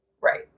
Right